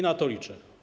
Na to liczę.